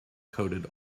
coated